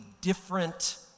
different